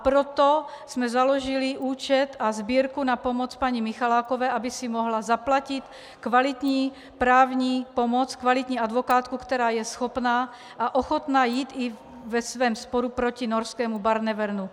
Proto jsme založili účet a sbírku na pomoc paní Michalákové, aby si mohla zaplatit kvalitní právní pomoc, kvalitní advokátku, která je schopna a ochotna jít i ve svém sporu proti norskému Barnevernu.